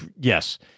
yes